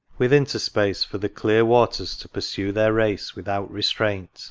with interspace for the clear waters to pursue their race without restraint